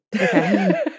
Okay